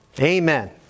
Amen